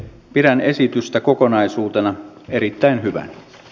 pidän esitystä kokonaisuutena erittäin hyvänä